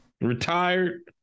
retired